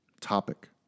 Topic